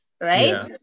Right